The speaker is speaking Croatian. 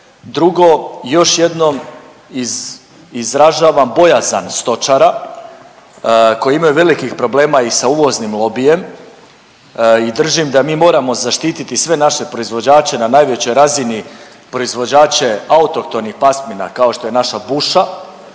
Drugo, još jednom izražavam bojazan stočara koji imaju velikih problema i sa uvoznim lobijem i držim da mi moramo zaštititi sve naše proizvođače na najvećoj razini, proizvođače autohtonih pasmina kao što je naša buša,